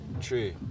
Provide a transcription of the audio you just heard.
true